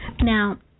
Now